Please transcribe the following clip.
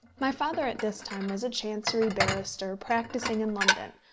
my father at this time was a chancery barrister practising in london,